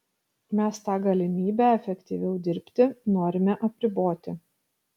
mes tą galimybę efektyviau dirbti norime apriboti